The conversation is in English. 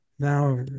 Now